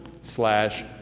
slash